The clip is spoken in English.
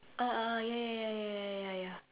uh uh ya ya ya ya ya ya